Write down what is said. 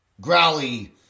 growly